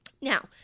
Now